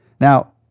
Now